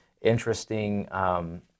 interesting